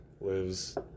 Lives